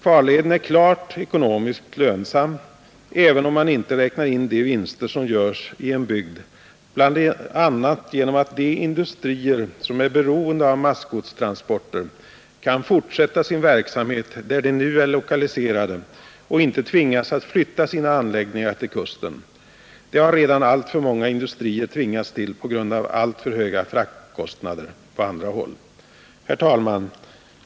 Farleden är klart ekonomiskt lönsam, även om man inte räknar in de vinster som görs i en bygd bl.a. genom att de industrier, som är beroende av massgodstransporter, kan fortsätta sin verksamhet där de nu är lokaliserade och inte tvingas att flytta sina anläggningar till kusten. Det har redan alltför många industrier måst göra på grund av alltför höga fraktkostnader på andra håll. Herr talman!